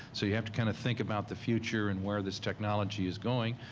so you have to kind of think about the future and where this technology is going,